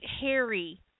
Harry